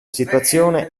situazione